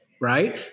right